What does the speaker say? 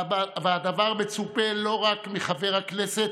והדבר מצופה לא רק מחבר הכנסת